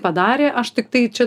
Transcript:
padarė aš tiktai čia